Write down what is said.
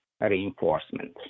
reinforcement